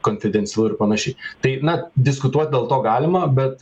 konfidencialu ir panašiai tai na diskutuot dėl to galima bet